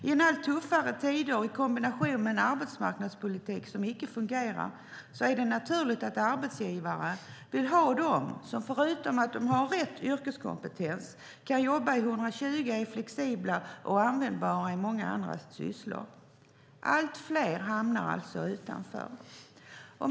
I allt tuffare tider i kombination med en arbetsmarknadspolitik som inte fungerar är det naturligt att arbetsgivare vill ha dem som förutom att de har rätt yrkeskompetens kan jobba i 120 och är flexibla och användbara i många andra sysslor. Allt fler hamnar alltså utanför.